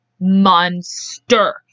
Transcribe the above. monster